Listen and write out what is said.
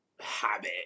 habit